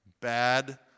bad